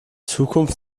zukunft